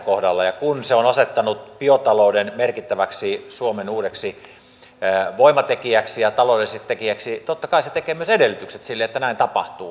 ja kun se on asettanut biotalouden merkittäväksi suomen uudeksi voimatekijäksi ja taloudelliseksi tekijäksi totta kai se tekee myös edellytykset sille että näin tapahtuu